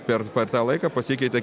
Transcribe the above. per tą laiką pasikeitė